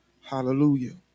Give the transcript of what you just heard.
Hallelujah